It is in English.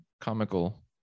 comical